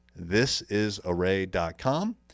thisisarray.com